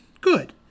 Good